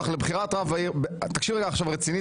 לבחירת רב העיר תקשיב לי רגע עכשיו רציני,